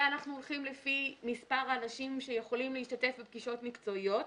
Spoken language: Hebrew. ואנחנו הולכים לפי מספר אנשים שיכולים להשתתף בפגישות מקצועיות,